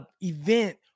event